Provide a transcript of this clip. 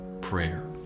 prayer